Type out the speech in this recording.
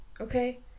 Okay